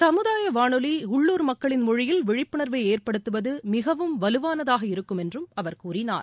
சமுதாயவானொலிஉள்ளுர் மக்களின் மொழியில் விழிப்புணர்வைஏற்படுத்துவதமிகவும் வலுவானதாக இருக்கும் என்றும் கூறினார்